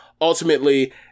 Ultimately